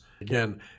Again